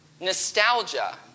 nostalgia